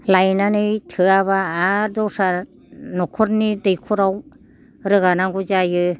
लायनानै थोआबा आरो दस्रा न'खरनि दैख'राव रोगानांगौ जायो